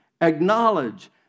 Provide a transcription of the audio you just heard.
acknowledge